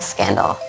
Scandal